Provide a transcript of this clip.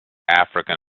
african